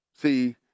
See